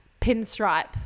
pinstripe